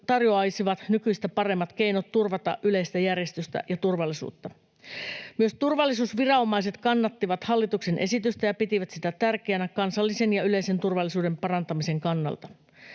tarjoaisivat nykyistä paremmat keinot turvata yleistä järjestystä ja turvallisuutta. Myös turvallisuusviranomaiset kannattivat hallituksen esitystä ja pitivät sitä tärkeänä kansallisen ja yleisen turvallisuuden parantamisen kannalta.